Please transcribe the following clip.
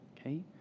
okay